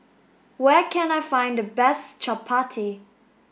where can I find the best Chappati